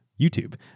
YouTube